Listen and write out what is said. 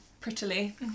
prettily